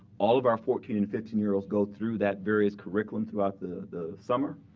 all of our fourteen and fifteen year olds go through that various curriculum throughout the summer.